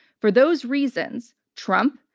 for those reasons, trump,